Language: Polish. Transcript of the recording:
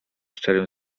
szczerym